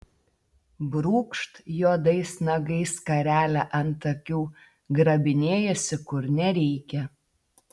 brūkšt juodais nagais skarelę ant akių grabinėjasi kur nereikia